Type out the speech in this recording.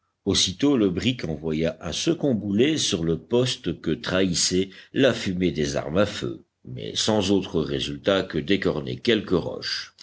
aussitôt le brick envoya un second boulet sur le poste que trahissait la fumée des armes à feu mais sans autre résultat que d'écorner quelques roches